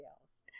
else